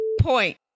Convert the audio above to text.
point